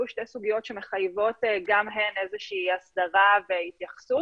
שתי סוגיות שמחייבות גם הן איזושהי הסדרה והתייחסות.